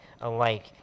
alike